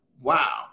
Wow